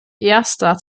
erster